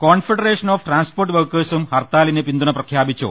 confederation of transport വർക്കേഴ്സും ഹർത്താലിന് പിന്തുണ പ്രഖ്യാപിച്ചു